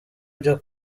byo